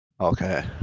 Okay